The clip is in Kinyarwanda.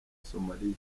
somaliya